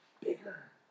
bigger